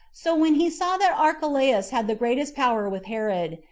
so when he saw that archelaus had the greatest power with herod,